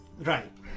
Right